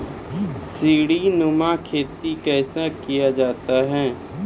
सीडीनुमा खेती कैसे किया जाय?